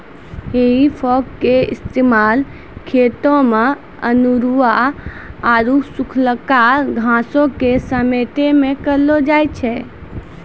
हेइ फोक के इस्तेमाल खेतो मे अनेरुआ आरु सुखलका घासो के समेटै मे करलो जाय छै